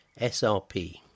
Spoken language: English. SRP